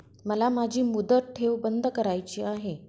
मला माझी मुदत ठेव बंद करायची आहे